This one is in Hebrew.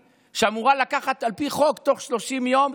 שאמורה לקחת על פי חוק תוך 30 יום,